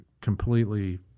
completely